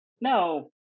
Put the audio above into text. No